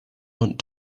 want